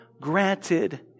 granted